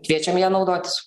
kviečiam ja naudotis